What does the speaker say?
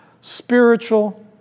spiritual